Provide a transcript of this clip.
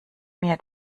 mir